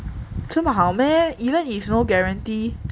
这么好 meh even if no guarantee